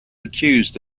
accused